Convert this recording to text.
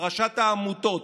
פרשת העמותות,